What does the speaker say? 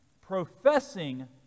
professing